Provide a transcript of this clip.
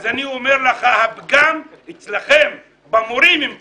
אז אני אומר לך: הפגם, אצלכם, במורים אם כך.